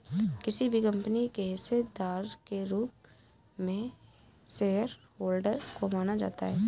किसी भी कम्पनी के हिस्सेदार के रूप में शेयरहोल्डर को माना जाता है